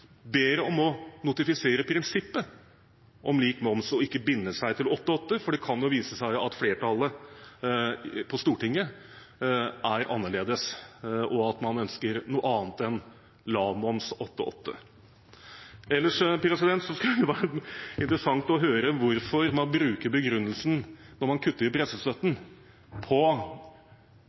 ber om å notifisere prinsippet om lik moms, og at en ikke binder seg til 8–8, for det kan vise seg at flertallet på Stortinget er annerledes, og at man ønsker noe annet enn lavmoms 8–8. Ellers skulle det være interessant å høre hvorfor man bruker den begrunnelsen, når man kutter i pressestøtten,